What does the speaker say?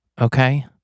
Okay